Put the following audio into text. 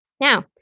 Now